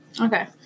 Okay